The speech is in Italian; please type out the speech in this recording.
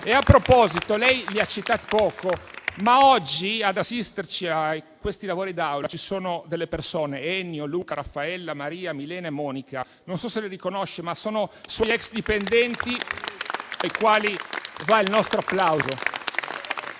A proposito, lei li ha citati poco, ma oggi ad assistere ai lavori dell'Assemblea ci sono delle persone: Ennio, Luca, Raffaella, Maria, Milena e Monica. Non so se le riconosce, ma sono suoi ex dipendenti, ai quali va il nostro applauso.